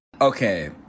Okay